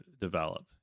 develop